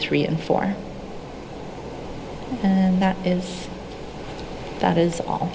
three and four and that is that is all